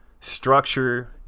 structure